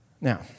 Now